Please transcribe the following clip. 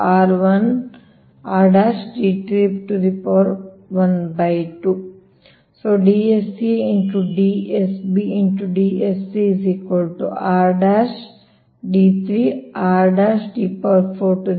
ಆಗಿರುತ್ತದೆ